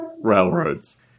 railroads